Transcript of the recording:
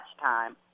time